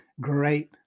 great